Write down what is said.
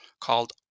called